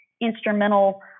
instrumental